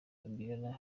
fabiola